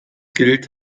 gilt